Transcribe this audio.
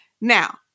Now